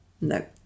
No